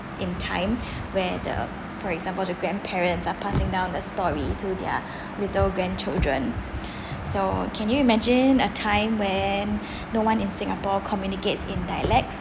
in time where the for example the grandparents are passing down the story to their little grandchildren so can you imagine a time when no one in singapore communicates in dialects